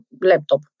laptop